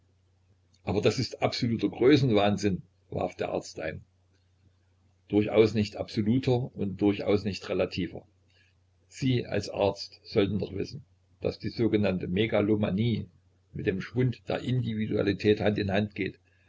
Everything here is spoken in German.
aber das ist absoluter größenwahnsinn warf der arzt ein durchaus nicht absoluter und durchaus nicht relativer sie als arzt sollten doch wissen daß die sogenannte megalomanie mit dem schwund der individualität hand in hand geht